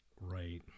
right